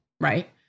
right